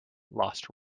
lost